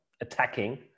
attacking